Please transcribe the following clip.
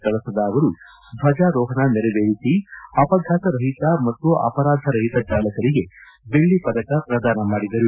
ಕಳಸದ ಅವರು ದ್ವಜಾರೋಹಣ ನೆರವೇರಿಸಿ ಅಪಘಾತರಹಿತ ಮತ್ತು ಅಪರಾಧರಹಿತ ಚಾಲಕರಿಗೆ ಬೆಳ್ಳಿ ಪದಕ ಪ್ರದಾನ ಮಾಡಿದರು